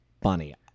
funny